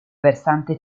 versante